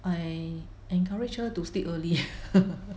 I encourage her to sleep early